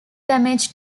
damage